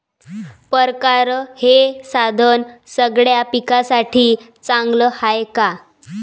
परकारं हे साधन सगळ्या पिकासाठी चांगलं हाये का?